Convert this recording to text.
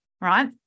right